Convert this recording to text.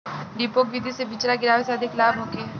डेपोक विधि से बिचरा गिरावे से अधिक लाभ होखे?